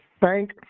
thank